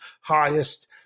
highest